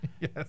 Yes